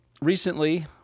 recently